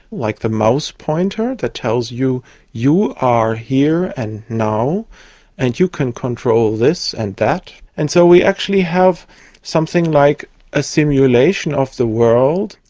like the mouse pointer that tells you you are here and now and you can control this and that. and so we actually have something like a simulation of the world,